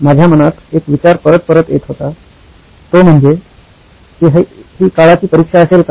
माझ्या मनात एक विचार परत परत येत होता तो म्हणजे की ही काळाची परीक्षा असेल का